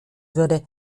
würde